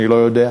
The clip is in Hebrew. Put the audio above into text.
אני לא יודע.